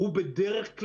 זה ענף שבדרך-כלל,